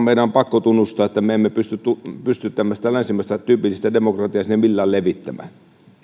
meidän on pakko tunnustaa että me emme pysty tämmöistä tyypillistä länsimaista demokratiaa sinne millään levittämään